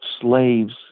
slaves